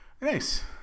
Nice